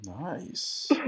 Nice